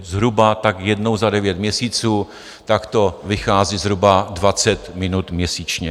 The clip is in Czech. Zhruba tak jednou za devět měsíců, tak to vychází zhruba dvacet minut měsíčně.